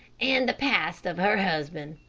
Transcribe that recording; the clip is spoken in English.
and the past of her husband.